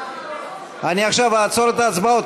אני עכשיו אעצור את ההצבעות.